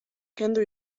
kendu